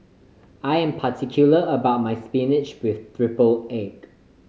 I am particular about my spinach with triple egg